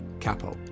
Capo